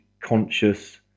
conscious